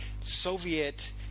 Soviet